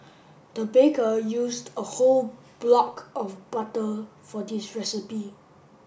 the baker used a whole block of butter for this recipe